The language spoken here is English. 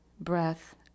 breath